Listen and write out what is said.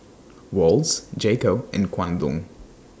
Wall's J Co and Kwan Loong